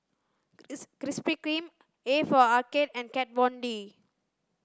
Krispy Kreme A for Arcade and Kat Von D